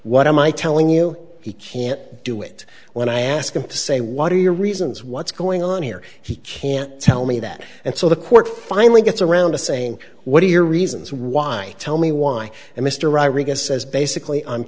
what am i telling you he can't do it when i ask him to say what are your reasons what's going on here he can't tell me that and so the court finally gets around to saying what are your reasons why tell me why and mr rodriguez says basically i'm